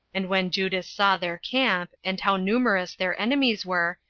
and when judas saw their camp, and how numerous their enemies were,